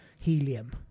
helium